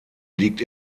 liegt